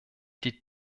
die